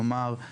כלומר,